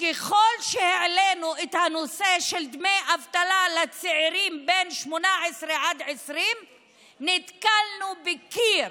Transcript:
ככל שהעלינו את הנושא של דמי אבטלה לצעירים בגיל 18 20 נתקלנו בקיר,